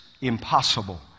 impossible